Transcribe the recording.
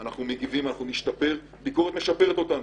אנחנו מגיבים ואנחנו נשתפר, ביקורת משפרת אותנו.